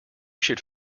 should